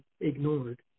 ignored